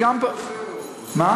ראש,